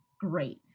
Great